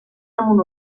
damunt